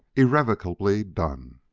irrevocably done!